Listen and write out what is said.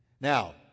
now